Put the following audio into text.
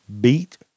beat